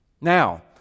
Now